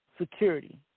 security